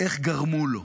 איך גרמו לו,